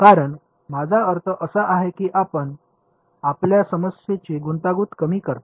कारण माझा अर्थ असा आहे की आपण आपल्या समस्येची गुंतागुंत कमी करता